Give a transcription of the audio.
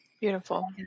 Beautiful